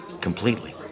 Completely